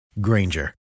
Granger